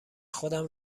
خودم